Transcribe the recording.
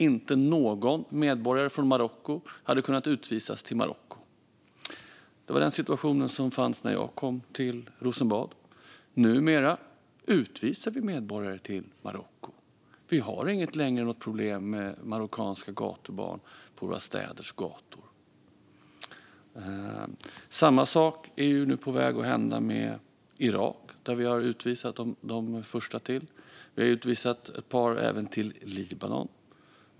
Inte någon medborgare från Marocko hade kunnat utvisas till Marocko. Det var den situation som fanns när jag kom till Rosenbad. Numera utvisar vi medborgare till Marocko. Vi har inte längre något problem med marockanska gatubarn på våra städers gator. Samma sak är nu på väg att hända med Irak. Vi har utvisat de första dit. Vi har utvisat ett par till Libanon.